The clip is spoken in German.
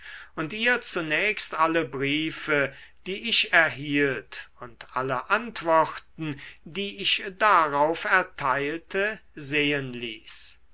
und ihr zunächst alle briefe die ich erhielt und alle antworten die ich darauf erteilte sehen ließ